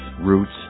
roots